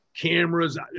Cameras